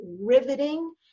riveting